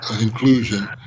inclusion